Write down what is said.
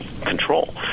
control